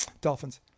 Dolphins